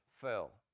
fell